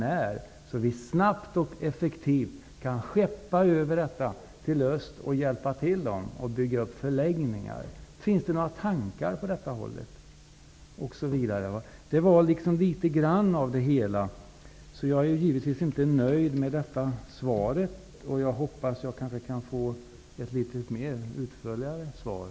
Vi måste snabbt och effektivt skeppa över t.ex. dessa kojor och hjälpa till att bygga upp förläggningar. Finns det några tankar åt det hållet? Jag är givetvis inte nöjd med svaret. Jag hoppas att jag kan få ett mer utförligt svar.